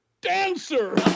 dancer